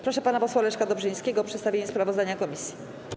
Proszę pana posła Leszka Dobrzyńskiego o przedstawienie sprawozdania komisji.